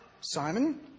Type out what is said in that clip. Simon